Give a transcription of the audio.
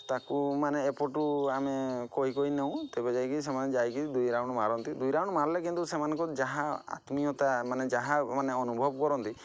ତାକୁ ମାନେ ଏପଟୁ ଆମେ କହି କହି ନେଉ ତେବେ ଯାଇକି ସେମାନେ ଯାଇକି ଦୁଇ ରାଉଣ୍ଡ୍ ମାରନ୍ତି ଦୁଇ ରାଉଣ୍ଡ୍ ମାରିଲେ କିନ୍ତୁ ସେମାଙ୍କୁ ଯାହା ଆତ୍ମୀୟତା ମାନେ ଯାହା ଅନୁଭବ କରନ୍ତି